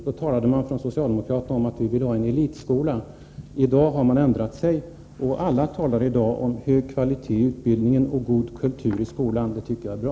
Då talade socialdemokraterna om att vi ville ha en elitskola. I dag har de ändrat sig, och alla talar om hög kvalitet i utbildningen och god kultur i skolan. Det tycker jag är bra.